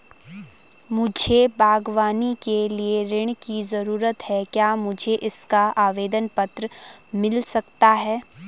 मुझे बागवानी के लिए ऋण की ज़रूरत है क्या मुझे इसका आवेदन पत्र मिल सकता है?